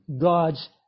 God's